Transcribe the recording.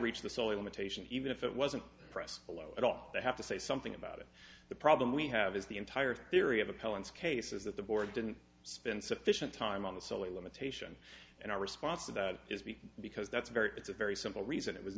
reach the silly limitation even if it wasn't press below at all they have to say something about it the problem we have is the entire theory of appellants case is that the board didn't spend sufficient time on the silly limitation and our response to that is because because that's very it's a very simple reason it was